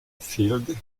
field